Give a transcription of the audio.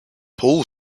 paul